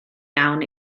iawn